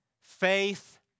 faith